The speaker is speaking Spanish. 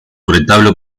retablo